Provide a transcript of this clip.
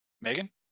megan